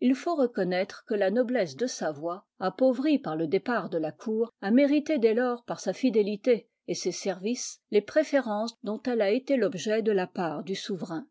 il faut reconnaître que la noblesse de savoie appauvrie par le départ de la cour a mérité dès lors par sa fidélité et ses services les préférences dont elle a été l'objet do la part du souverain